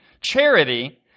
charity